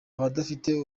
abadafite